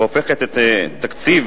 והופכת את תקציב